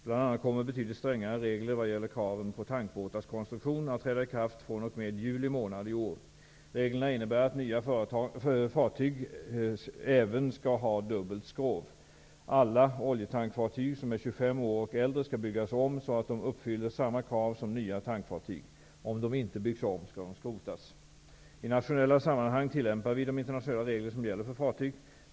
Bl.a. kommer betydligt strängare regler vad gäller kraven på tankbåtars konstruktion att träda i kraft fr.o.m. juli månad i år. Reglerna innebär att nya fartyg även skall ha dubbelt skrov. Alla oljetankfartyg som är 25 år och äldre skall byggas om så att de uppfyller samma krav som nya tankfartyg. Om de inte byggs om skall de skrotas. I nationella sammanhang tillämpar vi de internationella regler som gäller för fartyg.